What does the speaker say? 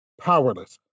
powerless